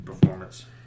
performance